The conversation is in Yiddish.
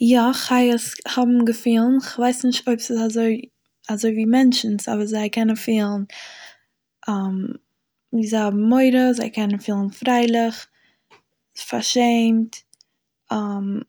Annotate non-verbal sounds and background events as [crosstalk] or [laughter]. יא, חיות האבן געפילן כ'ווייס נישט אויב ס'איז אזוי ווי מענטשען'ס אבער זיי קענען פילן, [hesitation] זיי האבן מורא, זיי קענען פילן פרייליך, פארשעמט, [hesitation] און